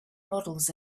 models